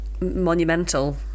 monumental